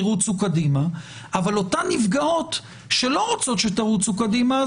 רוצו קדימה; אבל אותן נפגעות שלא רוצות שתרוצו קדימה,